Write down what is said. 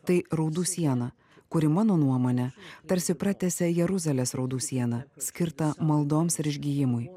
tai raudų siena kuri mano nuomone tarsi pratęsia jeruzalės raudų sienaą skirtą maldoms ir išgijimui